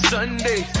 Sunday